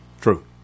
True